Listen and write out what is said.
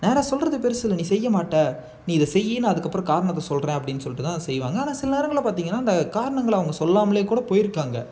நேராக சொல்கிறது பெருசு இல்லை நீ செய்யமாட்ட நீ இதை செய் அதுக்கப்புறம் காரணத்தை சொல்கிறேன் அப்படினு சொல்லிவிட்டுதான் செய்வாங்க ஆனால் சில நேரங்களில் பார்த்திங்கனா அந்த காரணங்களை அவங்க சொல்லாமலேயே கூட போய்ருக்காங்க